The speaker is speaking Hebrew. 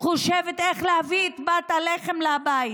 שחושבת איך להביא את פת הלחם לבית.